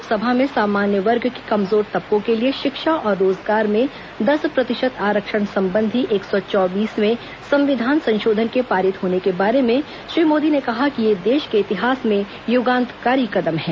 लोकसभा में सामान्य वर्ग के कमजोर तबकों के लिए शिक्षा और रोजगार में दस प्रतिशत आरक्षण संबंधी एक सौ चौबीसवें संविधान संशोधन के पारित होने के बारे में श्री मोदी ने कहा कि यह देश के इतिहास में युगांतकारी कदम है